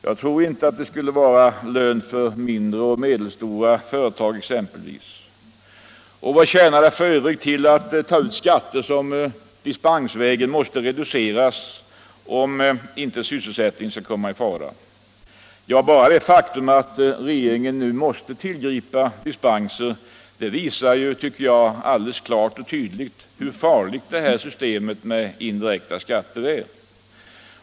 Jag tror inte att det skulle vara lönt för mindre och medelstora företag t.ex. Och vad tjänar det f.ö. till att ta ut skatter som dispensvägen måste reduceras om inte sysselsättningen skall komma i fara? Bara det faktum att regeringen nu måste tillgripa dispenser visar klart hur farligt systemet med indirekta skatter är.